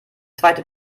zweite